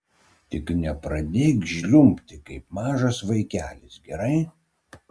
tik nepradėk žliumbti kaip mažas vaikelis gerai